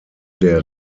der